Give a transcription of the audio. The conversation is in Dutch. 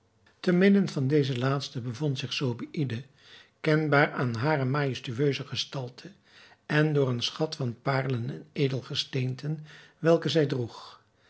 te midden van deze laatsten bevond zich zobeïde kenbaar aan hare majestueuse gestalte en door een schat van paarlen en edelgesteenten welke zij droeg